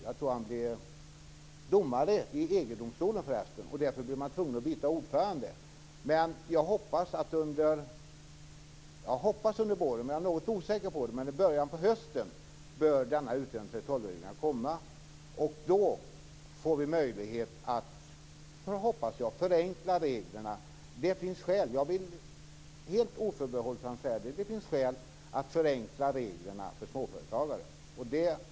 Jag tror att han blev domare i EG-domstolen. Därför blev man tvungen att byta ordförande. Jag hoppas att denna utredning kommer under våren. Jag är något osäker på det, men i början av hösten bör denna utredning om 3:12-reglerna komma. Då hoppas jag att vi får möjlighet att förenkla reglerna. Jag vill helt oförbehållsamt säga att det finns skäl att förenkla reglerna för småföretagare.